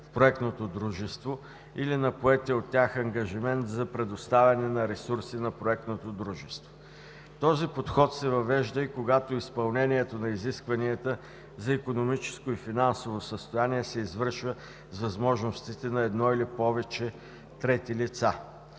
в проектното дружество или на поетия от тях ангажимент за предоставяне на ресурси на проектното дружество. Този подход се въвежда и когато изпълнението на изискванията за икономическо и финансово състояние се извършва с възможностите на едно или повече трети лица.